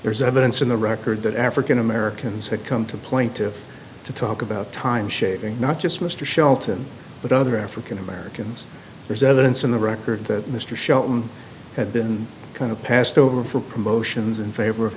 there's evidence in the record that african americans had come to point to to talk about time shaving not just mr shelton but other african americans there's evidence in the record that mr shelton had been kind of passed over for promotions in favor of